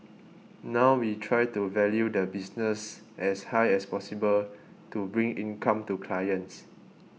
now we try to value the business as high as possible to bring income to clients